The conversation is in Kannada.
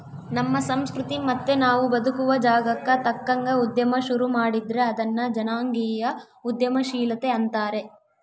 ನಮ್ಮ ಸಂಸ್ಕೃತಿ ಮತ್ತೆ ನಾವು ಬದುಕುವ ಜಾಗಕ್ಕ ತಕ್ಕಂಗ ಉದ್ಯಮ ಶುರು ಮಾಡಿದ್ರೆ ಅದನ್ನ ಜನಾಂಗೀಯ ಉದ್ಯಮಶೀಲತೆ ಅಂತಾರೆ